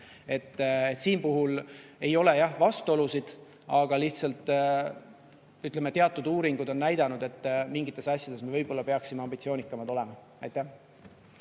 Siin puhul ei ole jah vastuolusid, aga lihtsalt, ütleme, teatud uuringud on näidanud, et mingites asjades me võib-olla peaksime ambitsioonikamad olema. Peeter